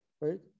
right